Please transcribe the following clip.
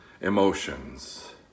emotions